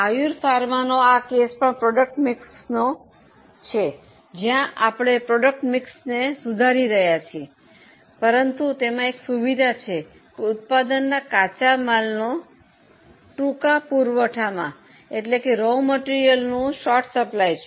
આયુર ફાર્માનો આ કેસ પણ પ્રોડક્ટ મિક્સનો છે જ્યાં આપણે પ્રોડક્ટ મિક્સને સુધારી રહ્યા છીએ પરંતુ તેમાં એક સુવિધા છે કે ઉત્પાદનના કાચા માલનો ટૂંકા પુરવઠામાં છે